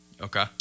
Okay